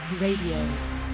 Radio